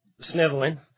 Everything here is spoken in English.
Sniveling